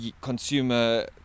consumer